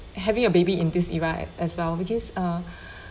having a baby in this era as well because uh